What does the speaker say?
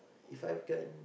If I can